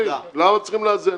למה צריכים לאזן?